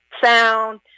sound